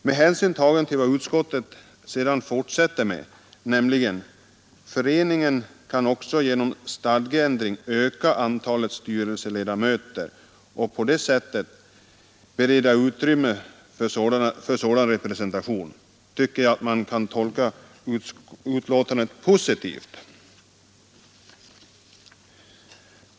Med hänsyn tagen till vad utskottet sedan fortsätter med, nämligen: ”Föreningarna kan också genom stadgeändring öka antalet styrelseledamöter och på det sättet bereda utrymme för sådana representanter”, tycker jag att man kan tolka utskottets skrivning positivt.